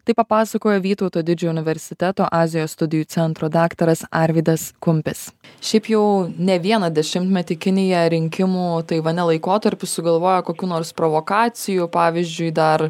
tai papasakojo vytauto didžiojo universiteto azijos studijų centro daktaras arvydas kumpis šiaip jau ne vieną dešimtmetį kinija rinkimų taivane laikotarpiu sugalvoja kokių nors provokacijų pavyzdžiui dar